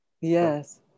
Yes